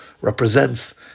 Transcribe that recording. represents